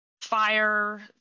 fire